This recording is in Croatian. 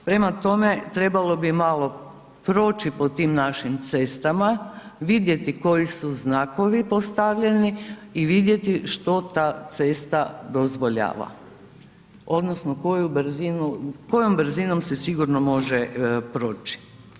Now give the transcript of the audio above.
Prema tome, trebalo bi malo proći po tim našim cestama, vidjeti koji su znakovi postavljeni i vidjeti što ta cesta dozvoljava, odnosno kojom brzinom se sigurno može proći.